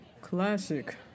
classic